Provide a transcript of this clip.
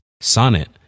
Sonnet